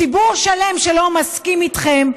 ציבור שלם שלא מסכים איתכם,